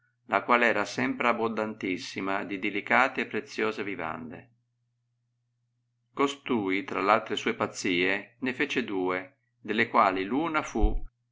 la qual era sempre abondantissima di dilicate e preziose vivande costui tra l altre sue pazzie ne fece due delle quali una fu